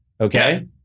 okay